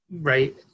Right